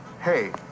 Hey